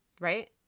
Right